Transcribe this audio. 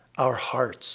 our hearts